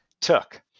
took